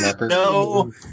No